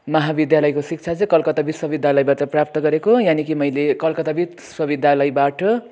महाविद्यालयको शिक्षा चाहिँ कलकत्ता विश्वविद्यालयबाट प्राप्त गरेको यानि कि मैले कलकत्ता विश्वविद्यालयबाट